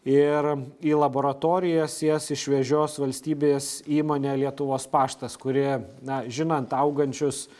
ir į laboratorijas jas išvežios valstybės įmonė lietuvos paštas kuri na žinant augančius